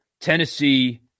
Tennessee